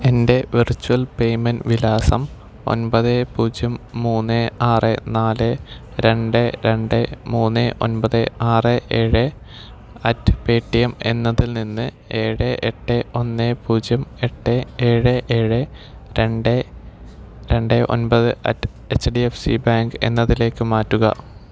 എൻ്റെ virtual payment വിലാസം ഒൻപത് പൂജ്യം മൂന്ന് ആറ് നാല് രണ്ട് രണ്ട് മൂന്ന് ഒൻപത് ആറ് ഏഴ് അറ്റ് പേ ടി എം എന്നതിൽ നിന്ന് ഏഴ് എട്ട് ഒന്ന് പൂജ്യം എട്ട് ഏഴ് ഏഴ് രണ്ട് രണ്ട് ഒൻപത് at H D F C bank എന്നതിലേക്ക് മാറ്റുക